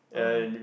oh